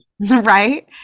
Right